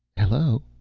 hello,